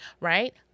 right